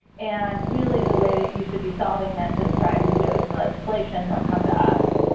and really the way that you should be solving this is trying to do it through legislation. don't come to us.